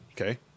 Okay